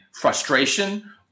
frustration